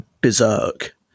berserk